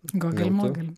gogel mogel